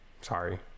sorry